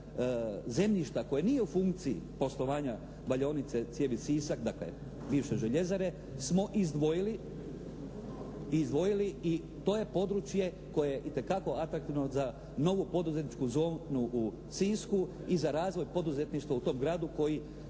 zemljišta koje nije u funkciji poslovanja valjaonice cijevi Sisak, dakle bivše željezare, smo izdvojili i to je područje koje je itekako atraktivno za novu poduzetničku zonu u Sisku i za razvoj poduzetništva u tom gradu koji